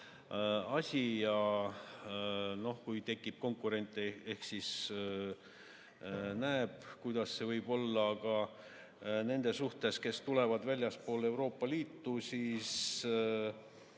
asi ja kui tekib konkurente, eks siis näeb, kuidas see võib olla. Aga nende suhtes, kes tulevad väljastpoolt Euroopa Liitu,